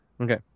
Okay